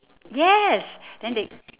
yes then they